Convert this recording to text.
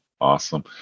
awesome